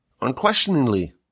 unquestioningly